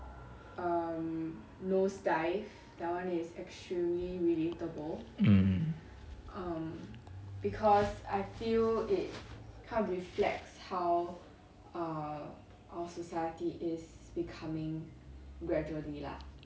mm